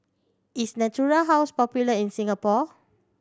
is Natura House popular in Singapore